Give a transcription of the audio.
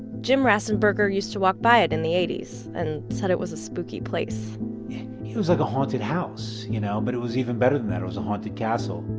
jim rasenberger used to walk by it in the eighty s and said it was a spooky place he was at like a haunted house you know but it was even better than that it was a haunted castle.